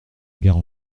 guerre